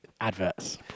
Adverts